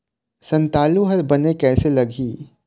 संतालु हर बने कैसे लागिही?